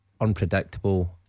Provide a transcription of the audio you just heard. Unpredictable